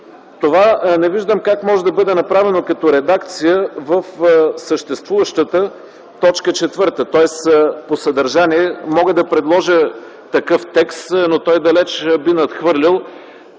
Това не виждам как може да бъде направено като редакция в съществуващата точка 4. Тоест по съдържание мога да предложа такъв текст, но той далеч би надхвърлил